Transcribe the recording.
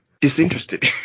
disinterested